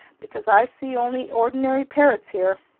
because i see only ordinary parrots here.